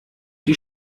die